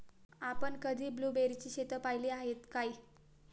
आपण कधी ब्लुबेरीची शेतं पाहीली आहेत काय?